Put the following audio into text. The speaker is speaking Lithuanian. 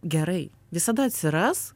gerai visada atsiras